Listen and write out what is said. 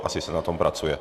Asi se na tom pracuje.